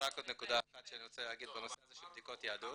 רק עוד נקודה אחת שאני רוצה להגיד בנושא של בדיקות יהדות.